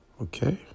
Okay